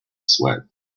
sweat